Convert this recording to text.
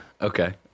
Okay